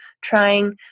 trying